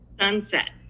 Sunset